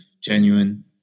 genuine